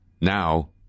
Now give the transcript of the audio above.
now